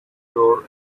your